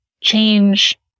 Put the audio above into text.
change